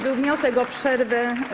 Był wniosek o przerwę.